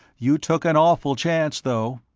you took an awful chance, though.